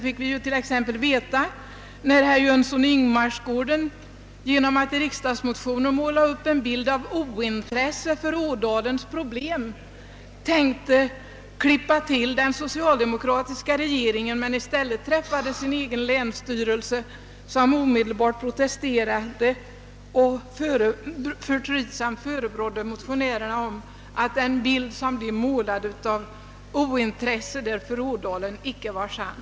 Exempel härpå fick vi när herr Jönsson i Ingemarsgården m.fl. i riksdagsmotioner målade upp en bild av ointresse för Ådalens problem och därmed tänkte klippa till den socialdemokratiska regeringen men i stället träffade sin egen länsstyrelse, som omedelbart protesterade och förtrytsamt förebrådde motionärerna att den bild de målat av det bristande intresset för Ådalens problem icke var sann.